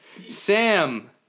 Sam